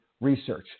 Research